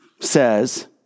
says